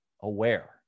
aware